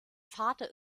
vater